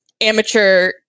amateur